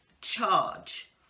charge